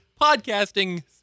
podcasting